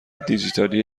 دیجیتالی